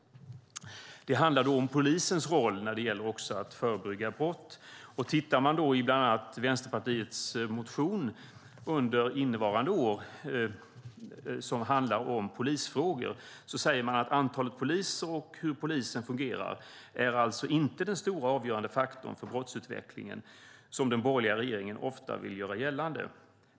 Det handlar om polisens roll när det gäller att förebygga brott. I Vänsterpartiets motion om polisfrågor skriver man: "Antalet poliser och hur polisen fungerar är alltså inte den stora avgörande faktorn för brottsutvecklingen som den borgerliga regeringen ofta vill göra gällande.